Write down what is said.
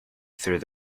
through